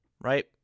right